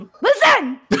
Listen